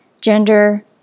gender